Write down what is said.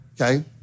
okay